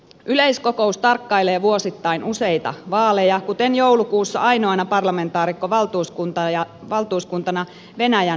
yleiskokous tarkkailee vuosittain useita vaaleja kuten joulukuussa ainoana parlamentaarikkovaltuuskuntana venäjän duuman vaaleja